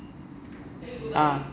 ah